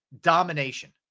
domination